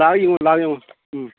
ꯂꯥꯛꯑꯒ ꯌꯦꯡꯉꯣ ꯂꯥꯛꯑꯒ ꯌꯦꯡꯉꯣ ꯎꯝ